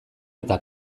eta